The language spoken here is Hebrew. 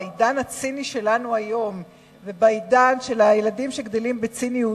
בעידן הציני שלנו ובעידן של הילדים שגדלים בציניות,